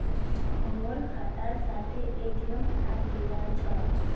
मोर खातार साथे ए.टी.एम कार्ड जुड़ाल छह